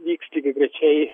vyks lygiagrečiai